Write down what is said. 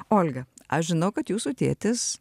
olga aš žinau kad jūsų tėtis